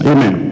Amen